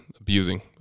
abusing